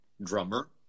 drummer